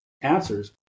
answers